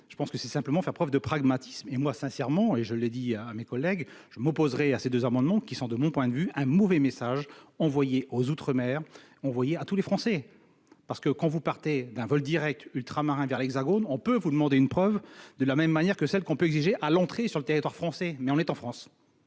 je pense que c'est simplement faire preuve de pragmatisme et moi sincèrement et je l'ai dit à mes collègues, je m'opposerai à ces deux amendements qui sont de mon point de vue un mauvais message envoyé aux outre-mer on voyait à tous les Français, parce que quand vous partez d'un vol direct ultramarins vers l'Hexagone, on peut vous demander une preuve de la même manière que celle qu'on peut exiger à l'entrée sur le territoire français, mais on est en France.